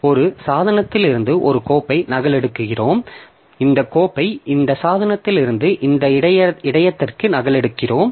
ஒரு சாதனத்திலிருந்து ஒரு கோப்பை நகலெடுக்கிறோம் இந்த கோப்பை இந்த சாதனத்திலிருந்து இந்த இடையகத்திற்கு நகலெடுக்கிறோம்